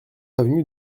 avenue